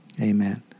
Amen